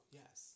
yes